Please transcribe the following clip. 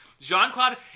Jean-Claude